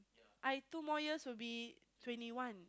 I two more years will be twenty one